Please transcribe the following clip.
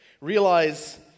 realize